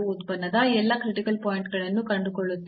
ಉತ್ಪನ್ನದ ಎಲ್ಲಾ critical point ಗಳನ್ನು ಕಂಡುಕೊಳ್ಳುತ್ತೇವೆ